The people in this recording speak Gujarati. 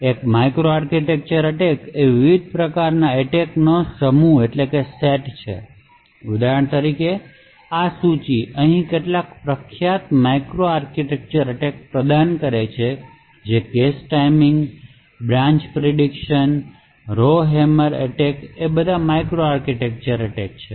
એક માઇક્રો આર્કિટેક્ચરલ એટેક એ વિવિધ પ્રકારના એટેકઓનો સેટ છે ઉદાહરણ તરીકે આ સૂચિ અહીં કેટલાક પ્રખ્યાત માઇક્રો આર્કિટેક્ચરલ એટેક પ્રદાન કરે છે જે cache timing branch prediction row hammer attack એ બધા માઇક્રો આર્કિટેક્ચરલ એટેક છે